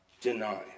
deny